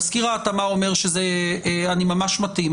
תסקיר ההתאמה אומר שאני ממש מתאים,